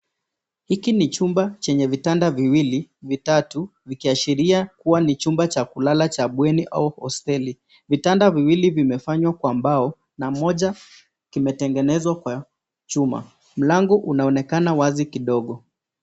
Hiki ni chumba chenye vitanda viwili vitatu vikiashiria kuwa ni chumba cha kulala cha bweni au hosteli. Vitanda viwili vimefanywa kwa mbao, na moja kimetengenezwa kwa chuma. Mlango unaonekana wazi kidogo.